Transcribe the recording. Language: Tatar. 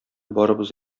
барыбыз